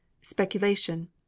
Speculation